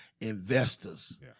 investors